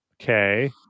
Okay